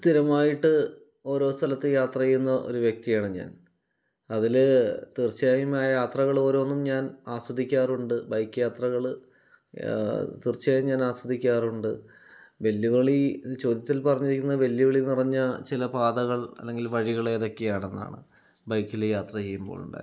സ്ഥിരമായിട്ട് ഓരോ സ്ഥലത്തു യാത്ര ചെയ്യുന്ന ഒരു വ്യക്തിയാണ് ഞാൻ അതിൽ തീർച്ചയായും ആ യാത്രകൾ ഓരോന്നും ഞാൻ ആസ്വദിക്കാറുണ്ട് ബൈക്ക് യാത്രകൾ തീർച്ചയായും ഞാൻ ആസ്വദിക്കാറുണ്ട് വെല്ലുവിളി ചോദ്യത്തിൽ പറഞ്ഞിരിക്കുന്ന വെല്ലുവിളി എന്ന് പറഞ്ഞാൽ ചില പാതകൾ അല്ലെങ്കിൽ വഴികൾ ഏതൊക്കെയാണെന്നാണ് ബൈക്കിൽ യാത്ര ചെയ്യുമ്പോഴുണ്ടായത്